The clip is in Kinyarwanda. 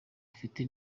afite